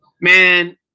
Man